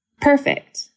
perfect